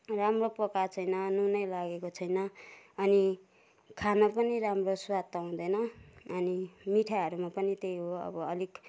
राम्रो पकाएको छैन नुनै लागेको छैन अनि खाना पनि राम्रो स्वाद त हुँदैन अनि मिठाईहरूमा पनि त्यही हो अब अलिक